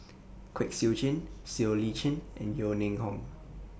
Kwek Siew Jin Siow Lee Chin and Yeo Ning Hong